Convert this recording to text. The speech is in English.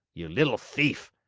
you little thief!